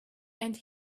and